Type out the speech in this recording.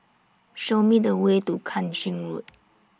Show Me The Way to Kang Ching Road